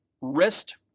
wrist